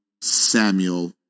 Samuel